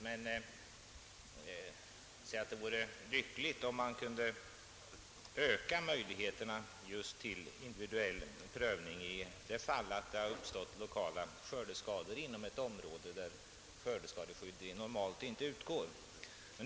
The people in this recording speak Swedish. Men det vore lyckligt om vi kunde öka möjligheterna till individuell prövning i sådana fall, då lokala skördeskador uppstått inom områden där det normalt inte utgår skördeskadeskydd.